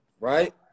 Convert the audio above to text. Right